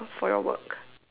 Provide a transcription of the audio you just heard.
for your work